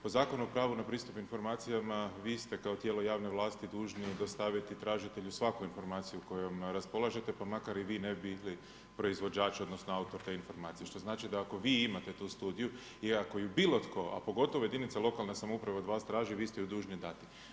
Po Zakonu pravo na pristup informacijama vi ste kao tijelo javno vlasti dužni dostaviti tražitelju svaku informaciju kojoj raspolažete, pa makar i vi ne ... proizvođača odnosno autor te informacije što znači da ako vi imate tu studiju i ako ju bilo tko, a pogotovo jedinice lokalne samouprave od vas traži, vi ste ju dužni dati.